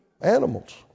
animals